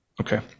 Okay